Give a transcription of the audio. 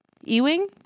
Ewing